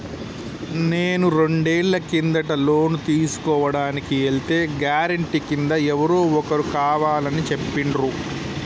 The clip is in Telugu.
నేను రెండేళ్ల కిందట లోను తీసుకోడానికి ఎల్తే గారెంటీ కింద ఎవరో ఒకరు కావాలని చెప్పిండ్రు